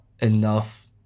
enough